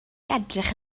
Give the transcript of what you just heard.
edrych